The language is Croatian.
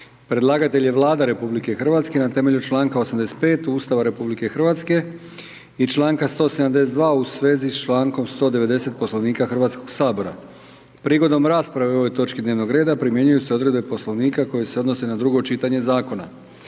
Predlagatelj je Vlada RH na temelju članka 85. Ustava RH i članka 172. u svezi s člankom 190. Poslovnika Hrvatskog sabora. Prigodom rasprave o ovoj točki dnevnog reda primjenjuju se odredbe Poslovnika koje se odnose na drugo čitanje zakona.